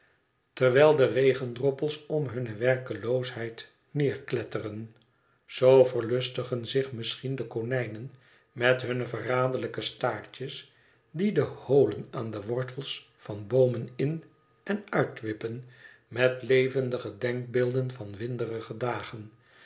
terwijl de regendroppels om hunne werkeloosheid neerkletteren zoo verlustigen zich misschien de konijnen met hunne verraderlijke staartjes die de holen aan de wortels van boomen inen uitwippen met levendige denkbeelden van winderige dagen